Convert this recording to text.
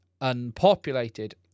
unpopulated